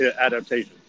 adaptation